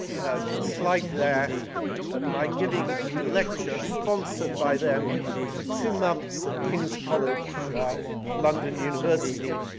a slide there of my giving ah lecture sponsored by them for two months at king's college london university.